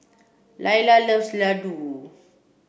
Laila loves Ladoo